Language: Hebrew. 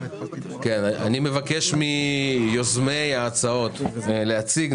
אבקש מיוזמי ההצעות להציג.